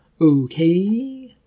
okay